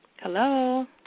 Hello